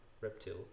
Reptile